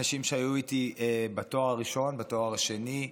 אנשים שהיו איתי בתואר הראשון, בתואר השני,